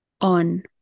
on